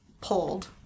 pulled